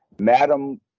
Madam